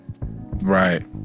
right